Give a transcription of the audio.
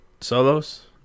solos